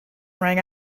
rang